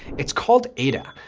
it's called aida,